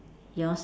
yours